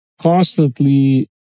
constantly